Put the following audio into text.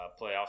playoffs